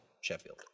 Sheffield